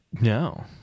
No